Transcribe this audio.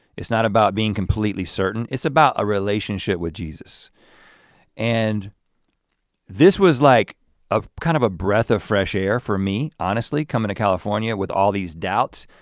it's not about being completely certain. it's about a relationship with jesus and this was like a kind of a breath of fresh air for me, honestly coming to california with all these doubts.